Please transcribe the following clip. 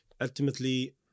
Ultimately